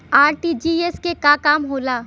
RTGS के का काम होला?